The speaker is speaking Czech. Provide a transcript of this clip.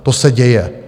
To se děje.